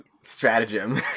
stratagem